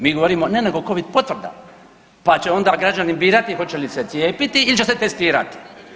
Mi govorimo ne nego o Covid potvrdama, pa će onda građani birati hoće li se cijepiti ili će se testirati.